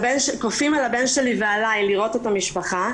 כופים על הבן שלי ועליי לראות את המשפחה.